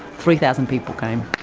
three thousand people came,